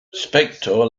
spector